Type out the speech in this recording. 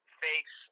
face